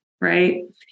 right